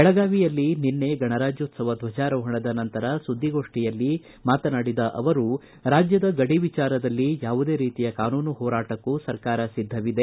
ಬೆಳಗಾವಿಯಲ್ಲಿ ನಿನ್ನೆ ಗಣರಾಜ್ಯೋತ್ತವ ಧ್ವಜಾರೋಹಣದ ನಂತರ ಸುದ್ನಿಗೋಷ್ನಿಯಲ್ಲಿ ಮಾತನಾಡಿದ ಅವರು ರಾಜ್ಯದ ಗಡಿ ವಿಚಾರದಲ್ಲಿ ಯಾವುದೇ ರೀತಿಯ ಕಾನೂನು ಹೋರಾಟಕ್ಕೂ ಸರ್ಕಾರ ಸಿದ್ದವಿದೆ